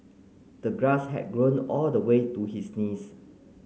the grass had grown all the way to his knees